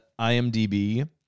IMDb